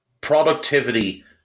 productivity